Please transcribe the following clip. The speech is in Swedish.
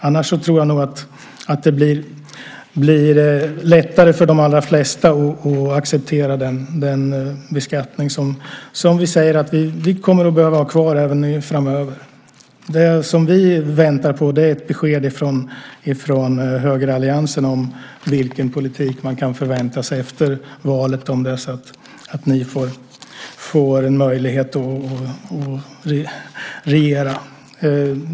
Annars tror jag nog att det blir lättare för de allra flesta att acceptera den beskattning som vi säger att vi kommer att behöva ha kvar även framöver. Det vi väntar på är ett besked från högeralliansen om vilken politik man kan förvänta sig efter valet, om det är så att ni får en möjlighet att regera.